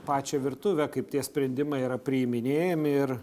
pačią virtuvę kaip tie sprendimai yra priiminėjami ir